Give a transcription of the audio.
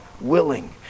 willing